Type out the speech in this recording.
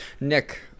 Nick